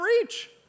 reach